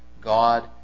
God